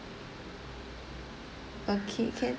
okay can